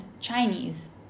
Chinese